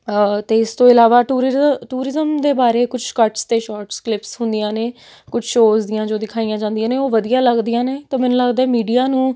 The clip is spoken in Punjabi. ਅਤੇ ਇਸ ਤੋਂ ਇਲਾਵਾ ਟੂਰਿਜ਼ਮ ਦੇ ਬਾਰੇ ਕੁਛ ਕਟਸ ਅਤੇ ਸ਼ੋਰਟ ਕਲਿਪਸ ਹੁੰਦੀਆਂ ਨੇ ਕੁਛ ਸ਼ੋਜ ਦੀਆਂ ਜੋ ਦਿਖਾਈਆਂ ਜਾਂਦੀਆਂ ਨੇ ਉਹ ਵਧੀਆ ਲੱਗਦੀਆਂ ਨੇ ਤਾਂ ਮੈਨੂੰ ਲੱਗਦਾ ਮੀਡੀਆ ਨੂੰ